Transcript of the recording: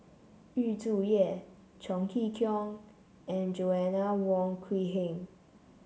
Yu Zhuye Chong Kee Hiong and Joanna Wong Quee Heng